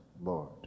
Lord